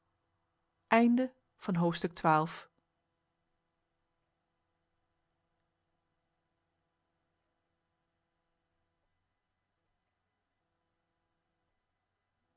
einde van het